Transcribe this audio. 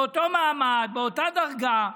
באותו מעמד, באותה דרגה.